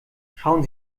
schauen